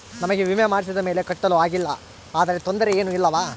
ನಮಗೆ ವಿಮೆ ಮಾಡಿಸಿದ ಮೇಲೆ ಕಟ್ಟಲು ಆಗಿಲ್ಲ ಆದರೆ ತೊಂದರೆ ಏನು ಇಲ್ಲವಾ?